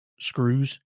screws